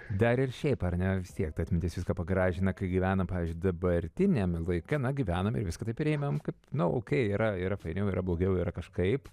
dar ir šiaip ar ne vis tiek ta atmintis viską pagražina kai gyvenam pavyzdžiui dabartiniam laike na gyvenam ir viską taip priėmėm kaip na okei yra fainiau yra blogiau yra kažkaip